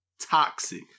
toxic